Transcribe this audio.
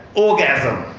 orgasm!